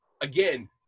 again